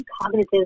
cognitive